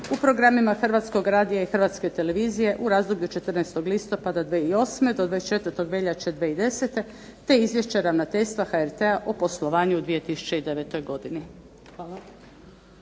u programima Hrvatskog radija i Hrvatske televizije u razdoblju od 14. listopada 2008. do 24. veljače 2010. te izvješća Ravnateljstva HRT-a o poslovanju u 2009. godini.